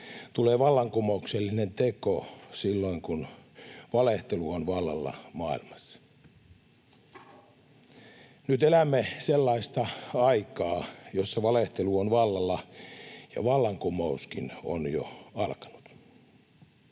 tulee vallankumouksellinen teko silloin, kun valehtelu on vallalla maailmassa. Nyt elämme sellaista aikaa, jossa valehtelu on vallalla ja vallankumouskin on jo alkanut.